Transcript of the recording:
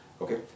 okay